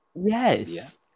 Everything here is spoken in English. Yes